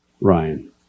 Ryan